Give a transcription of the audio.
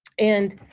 and